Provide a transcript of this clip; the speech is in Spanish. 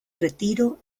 retiro